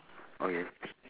okay